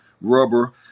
rubber